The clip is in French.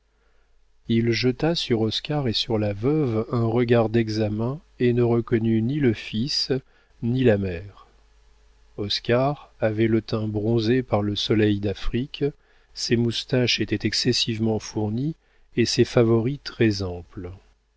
il jeta sur oscar et sur la veuve un regard d'examen et ne reconnut ni le fils ni la mère oscar avait le teint bronzé par le soleil d'afrique ses moustaches étaient excessivement fournies et ses favoris